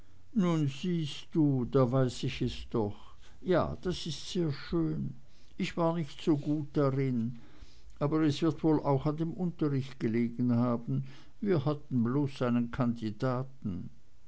siehst du da weiß ich es doch ja das ist sehr schön ich war nicht so gut darin aber es wird wohl auch an dem unterricht gelegen haben wir hatten bloß einen kandidaten